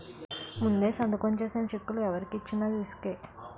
ముందే సంతకం చేసిన చెక్కులు ఎవరికి ఇచ్చిన రిసుకే